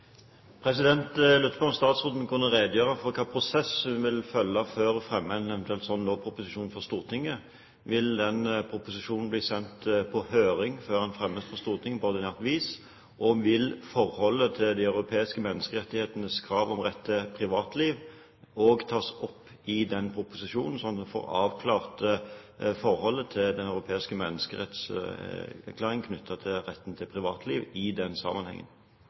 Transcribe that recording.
om statsråden kunne redegjøre for hva slags prosess hun vil følge før hun eventuelt fremmer en slik lovproposisjon for Stortinget. Vil proposisjonen bli sendt på høring før den fremmes for Stortinget på ordinært vis, og vil forholdet til de europeiske menneskerettighetenes krav om rett til privatliv også tas opp i den proposisjonen, slik at en får avklart forholdet til den europeiske menneskerettserklæringen knyttet til retten til privatliv i den sammenhengen?